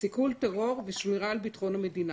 סיכול טרור ושמירה על ביטחון המדינה.